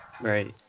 right